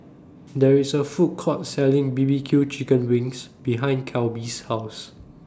There IS A Food Court Selling B B Q Chicken Wings behind Kelby's House